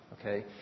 Okay